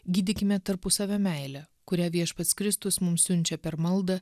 gydykime tarpusavio meilę kurią viešpats kristus mums siunčia per maldą